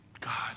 God